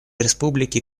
республики